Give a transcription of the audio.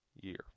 year